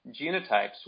genotypes